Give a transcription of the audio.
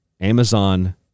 Amazon